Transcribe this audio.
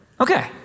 Okay